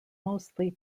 mostly